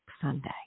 Sunday